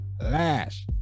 Lash